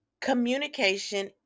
communication